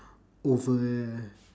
over